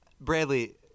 Bradley